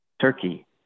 Turkey